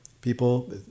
people